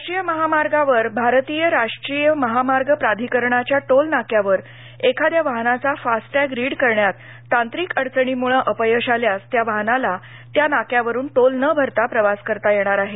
राष्ट्रीय महामार्गावर भारतीय राष्ट्रीय महामार्ग प्राधिकरणाच्या टोल नाक्यावर एखाद्या वाहनाचा फास्ट टॅग रीड करण्यात तांत्रिक अडचणीमुळं अपयश आल्यास त्या वाहनाला त्या नाक्यावरुन टोल न भरता प्रवास करता येणार आहे